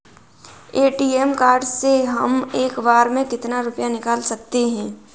ATM card से हम एक बार में कितना रुपया निकाल सकते हैं?